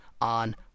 on